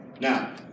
Now